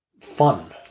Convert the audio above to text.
fun